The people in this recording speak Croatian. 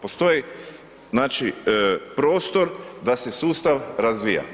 Postoji znači prostor da se sustav razvija.